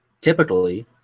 typically